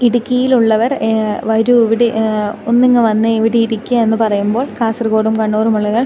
ഇടുക്കിയിലുള്ളവർ വരൂ ഇവിടെ ഒന്നിങ്ങ് വന്നേ ഇവിടെ ഇരിക്കുക എന്ന് പറയുമ്പോൾ കാസർഗോഡും കണ്ണൂരുമുള്ളവർ